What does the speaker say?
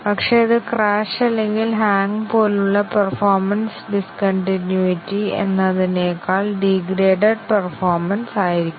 പക്ഷേ അത് ക്രാഷ് അല്ലെങ്കിൽ ഹാംഗ് പോലുള്ള പെർഫോമെൻസ് ഡിസ്കൺട്ടിനുവിറ്റി എന്നതിനേക്കാൾ ഡീഗ്രേഡഡ് പെർഫോമെൻസ് ആയിരിക്കണം